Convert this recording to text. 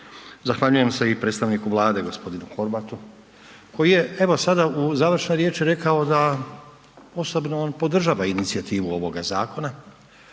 zahvaljujem se i predstavniku Vlade g. Horvatu koji je evo sada u završnoj riječi rekao da osobno on podržava inicijativu ovoga zakona